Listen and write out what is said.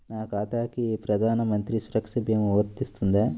నా ఖాతాకి ప్రధాన మంత్రి సురక్ష భీమా వర్తిస్తుందా?